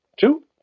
Two